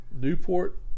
Newport